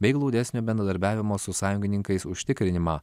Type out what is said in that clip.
bei glaudesnio bendradarbiavimo su sąjungininkais užtikrinimą